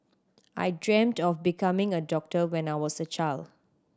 I dreamed of becoming a doctor when I was a child